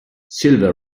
silver